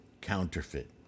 counterfeit